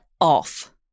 off